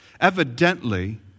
evidently